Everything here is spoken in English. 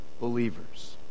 believers